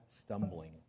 stumbling